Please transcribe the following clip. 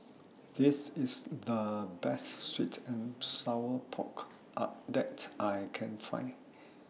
This IS The Best Sweet and Sour Pork that I Can Find